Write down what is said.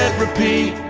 and repeat